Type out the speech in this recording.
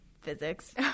physics